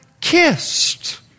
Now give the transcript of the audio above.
kissed